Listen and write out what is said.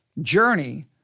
journey